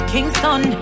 Kingston